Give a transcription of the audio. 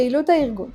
פעילות הארגון